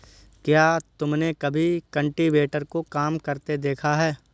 क्या तुमने कभी कल्टीवेटर को काम करते देखा है?